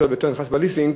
שיותר ויותר נכנס בליסינג,